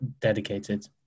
dedicated